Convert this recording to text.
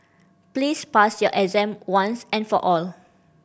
please pass your exam once and for all